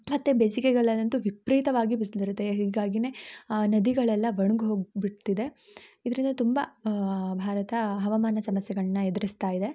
ಮತ್ತೆ ಬೇಸಿಗೆಗಾಲಲ್ಲಂತೂ ವಿಪರೀತವಾಗಿ ಬಿಸ್ಲು ಇರುತ್ತೆ ಹೀಗಾಗಿಯೇ ನದಿಗಳೆಲ್ಲ ಒಣ್ಗಿ ಹೋಗಿ ಬಿಡ್ತಿದೆ ಇದರಿಂದ ತುಂಬ ಭಾರತ ಹವಮಾನ ಸಮಸ್ಯೆಗಳನ್ನ ಎದುರಿಸ್ತಾ ಇದೆ